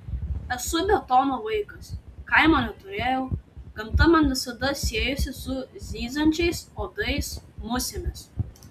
esu betono vaikas kaimo neturėjau gamta man visada siejosi su zyziančiais uodais musėmis